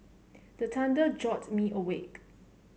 the thunder jolt me awake